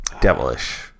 devilish